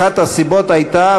אחת הסיבות הייתה,